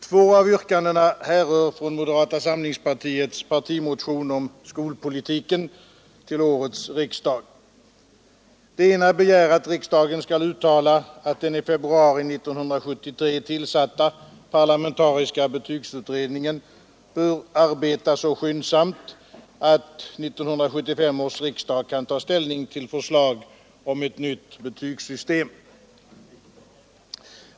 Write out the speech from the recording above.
Två av yrkandena härrör från moderata samlingspartiets partimotion om skolpolitiken till årets riksdag. I det ena yrkandet begärs att riksdagen skall uttala att den i februari 1973 tillsatta parlamentariska betygsutredningen bör arbeta så skyndsamt att 1975 års riksdag kan ta ställning till förslag om ett nytt betygssystem.